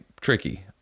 tricky